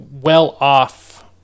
well-off